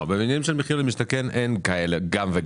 בבניינים של מחיר למשתכן אין גם וגם.